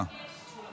התשפ"ג 2023, עברה